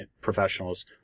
professionals